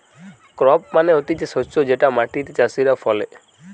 crop মানে হতিছে শস্য যেটা মাটিতে চাষীরা ফলে